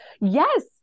Yes